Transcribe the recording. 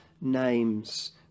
names